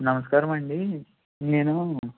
నమస్కారం అండి నేను